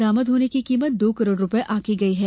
बरामद सोने की कीमत करीब दो करोड़ रूपये आंकी गई है